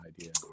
idea